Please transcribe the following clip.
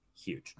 Huge